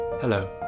Hello